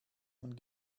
man